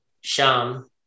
Sham